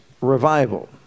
Revival